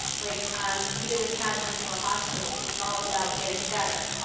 like um we did a tagline for a hospital. it's all about getting better.